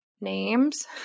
names